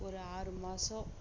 ஒரு ஆறு மாசம்